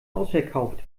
ausverkauft